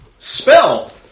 Spell